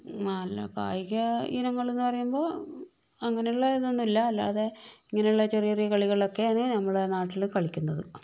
അല്ല കായിക ഇനങ്ങളെന്ന് പറയുമ്പോൾ അങ്ങനെയുള്ള ഇതൊന്നുമില്ല അല്ലാതെ ഇങ്ങനെയുള്ള ചെറിയ ചെറിയ കളികളൊക്കെണ് നമ്മുടെ നാട്ടില് കളിക്കുന്നത്